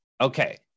Okay